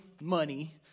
money